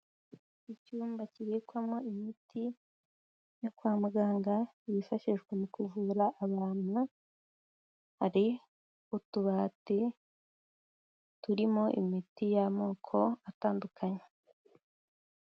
Icyumba kibikwamo imiti yo kwa muganga bifashishwa mu kuvura abantu, hari utubati turimo imiti y'amoko atandukanye.